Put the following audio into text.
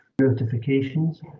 notifications